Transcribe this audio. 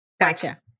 Gotcha